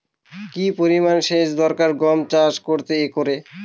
কি পরিমান সেচ দরকার গম চাষ করতে একরে?